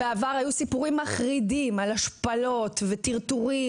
בעבר היו סיפורים מחרידים על השפלות וטרטורים.